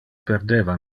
perdeva